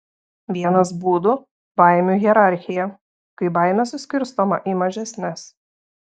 vienas būdų baimių hierarchija kai baimė suskirstoma į mažesnes